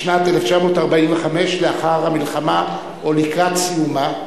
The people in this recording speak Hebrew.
בשנת 1945, לאחר המלחמה או לקראת סיומה,